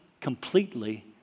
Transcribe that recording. completely